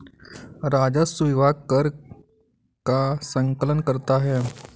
राजस्व विभाग कर का संकलन करता है